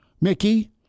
Mickey